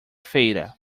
feira